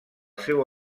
seu